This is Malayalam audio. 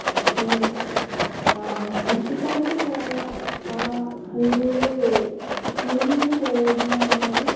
അപ്പോൾ കുട്ടിക്കാലത്ത് പോയ ആ സ്കൂള് സ്കൂളില് നിന്ന് പോയതെന്ന് പറഞ്ഞാൽ